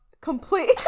Complete